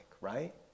right